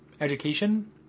education